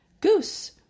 Goose